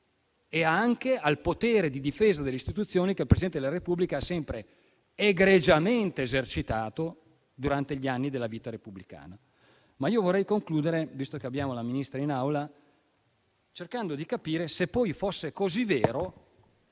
e anche al potere di difesa delle istituzioni che il Presidente della Repubblica ha sempre egregiamente esercitato durante gli anni della vita repubblicana. Vorrei concludere, visto che abbiamo la Ministra in Aula. Tutte queste considerazioni potrebbero